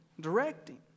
directing